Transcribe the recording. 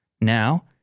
Now